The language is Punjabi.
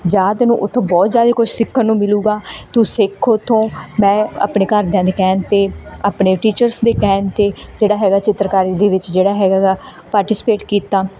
ਜਾ ਤੈਨੂੰ ਉੱਥੋਂ ਬਹੁਤ ਜ਼ਿਆਦਾ ਕੁਛ ਸਿੱਖਣ ਨੂੰ ਮਿਲੂਗਾ ਤੂੰ ਸਿੱਖ ਉੱਥੋਂ ਮੈਂ ਆਪਣੇ ਘਰਦਿਆਂ ਦੇ ਕਹਿਣ 'ਤੇ ਆਪਣੇ ਟੀਚਰਸ ਦੇ ਕਹਿਣ 'ਤੇ ਜਿਹੜਾ ਹੈਗਾ ਚਿੱਤਰਕਾਰੀ ਦੇ ਵਿੱਚ ਜਿਹੜਾ ਹੈਗਾ ਗਾ ਪਾਰਟੀਸਪੇਟ ਕੀਤਾ